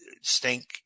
stink